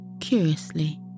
curiously